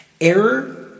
Error